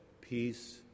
peace